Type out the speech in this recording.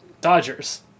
Dodgers